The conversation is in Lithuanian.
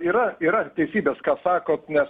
yra yra teisybės ką sakot nes